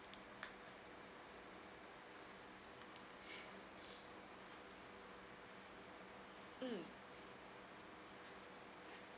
mm